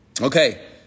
Okay